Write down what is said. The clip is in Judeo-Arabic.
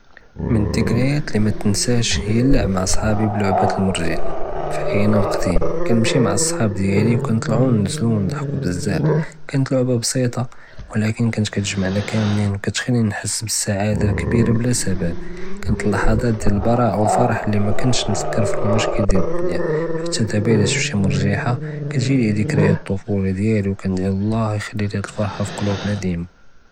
מֶן אֶלדִּכְּרַיַאת לִי מתְתְנְסַאש הִיַא נְלְעַבּ מעַא צְחַאבִּי לְעֶבַּת אֶלמְרְג׳ִיחַה פִי חִינַא אֶלְקְדִים, כּנְמשִי מעַא אֶלצְחַאבּ דִיַאלִי וּכנְטַלְעוּ נְנְזְלוּ וּנְדְחַקוּ בְּזַאף, כּאנֶת לְעֶבַּה בְּסִיטַה וַלַכִּן כּאנֶת כּתְגַ׳מְעְנַא כּאמְלִין וּכתְחַלִינִי נְחַס בּסַאעְדַה כְּבִּירַה בְּלַא סַבַּב, כּאנֶת לַחְ׳דַ'את אֶלבַּראַאַה וֶאלפַרַח לִי מא כּנְתְשׁ כּנְפַכֶּר פִי אֶלמֻשְׁכִּל דִיַאל אֶלדֻּנְיַא, חַתַא לְדַאבַּא אִלַא שְׁפְת שִׁי מְרְג׳ִיחַה כּיִגִ׳ינִי דִכְּרַיַאת אֶלטֻפוּלַה דִיַאלִי וּכנְדְעִי אללַּה יְחַלִי אֶלְפַרְחַה פִי קְלוּבנַא דִימַא.